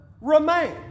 remain